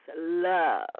love